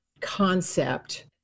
concept